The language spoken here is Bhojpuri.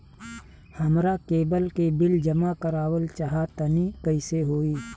हमरा केबल के बिल जमा करावल चहा तनि कइसे होई?